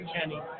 Kenny